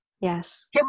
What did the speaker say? yes